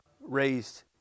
raised